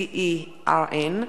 CERN,